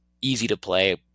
easy-to-play